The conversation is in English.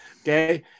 okay